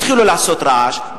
התחילו לעשות רעש.